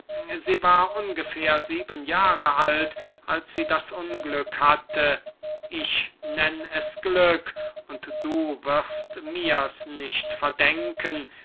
sie war ungefähr sieben jahr alt als sie das unglück hatte ich nenn es glück und du wirst mirs nicht verdenken